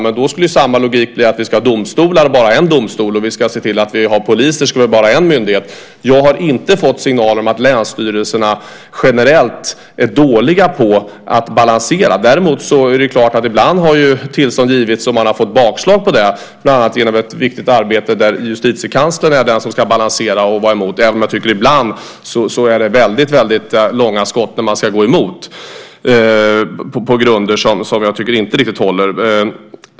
Men då skulle samma logik bli att vi ska ha domstolar, men bara en domstol. Vi ska se till att vi har poliser, men det ska bara vara en myndighet. Jag har inte fått signaler om att länsstyrelserna generellt är dåliga på att balansera. Däremot är det klart att tillstånd ibland har givits som man har fått bakslag på. Bland annat har det skett genom ett viktigt arbete där Justitiekanslern är den som ska balansera och vara emot, även om jag ibland tycker att det är väldigt långa skott när man ska gå emot på grunder som jag inte tycker riktigt håller.